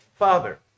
Father